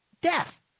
death